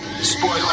Spoiler